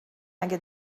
اگه